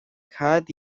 cad